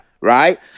Right